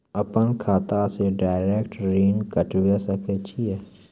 अपन खाता से डायरेक्ट ऋण कटबे सके छियै?